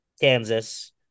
Kansas